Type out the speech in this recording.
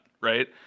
right